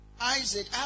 Isaac